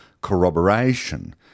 corroboration